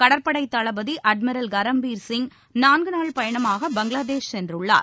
கடற்படைத் தளபதி அட்மிரல் கரம்பீர் சிங் நான்குநாள் பயணமாக பங்களாதேஷ் சென்றுள்ளார்